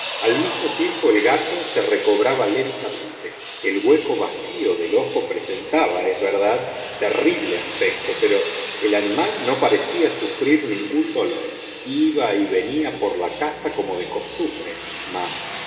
al mismo tiempo el gato se recobraba lentamente el hueco vacío del ojo presentaba es verdad terrible aspecto pero el animal no parecía sufrir ningún dolor iba y venía por la casa como de costumbre mas